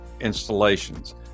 installations